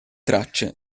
tracce